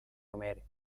homer